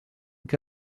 què